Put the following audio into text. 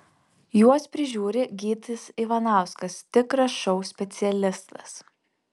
juos prižiūri gytis ivanauskas tikras šou specialistas